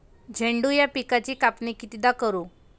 झेंडू या पिकाची कापनी कितीदा करू?